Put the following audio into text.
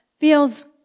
feels